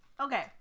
Okay